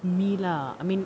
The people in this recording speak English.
me lah I mean